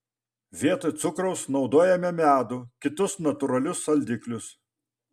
vietoj cukraus naudojame medų kitus natūralius saldiklius